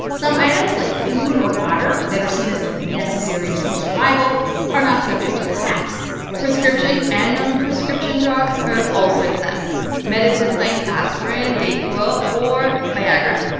some items, like food or water, that are seen as, like, necessary to survival are not subject to this tax prescription and nonprescription drugs are also exempt medicines like aspirin, dayquil or viagra,